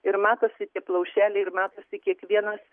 ir matosi tie plaušeliai ir matosi kiekvienas